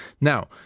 Now